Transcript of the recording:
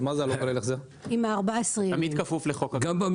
אז מה זה לא כולל החזר?